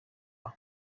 bari